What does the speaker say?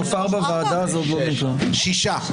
הצבעה מס' 1 בעד ההסתייגות 6 נגד,